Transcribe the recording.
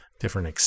different